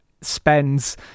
spends